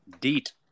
Deet